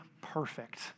perfect